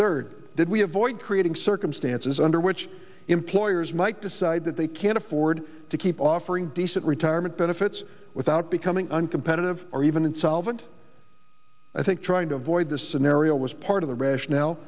third did we have void creating circumstances under which employers might decide that they can't afford to keep offering decent retirement benefits without becoming uncompetitive or even insolvent i think trying to avoid this scenario was part of the rationale